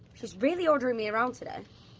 she's really ordering me around today.